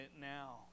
now